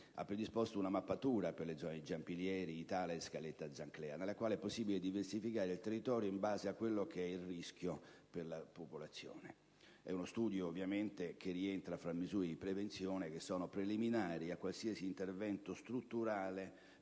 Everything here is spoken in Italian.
ha predisposto una mappatura delle zone di Giampilieri, Itala e Scaletta Zanclea, nella quale è possibile diversificare il territorio in base al rischio per la popolazione. È uno studio che rientra tra le misure di prevenzione che risultano preliminari a qualsiasi intervento strutturale